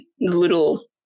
little